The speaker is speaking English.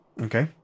Okay